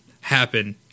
happen